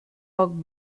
poc